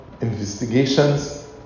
investigations